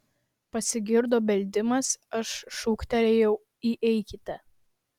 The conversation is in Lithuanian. pasigirdo beldimas aš šūktelėjau įeikite